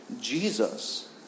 Jesus